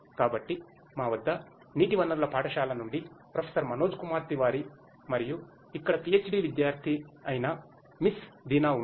కాబట్టి మా వద్ద నీటి వనరుల పాఠశాల నుండి ప్రొఫెసర్ మనోజ్ కుమార్ తివారీ మరియు ఇక్కడ పీహెచ్డీ విద్యార్థి అయిన మిస్ దీనా ఉన్నారు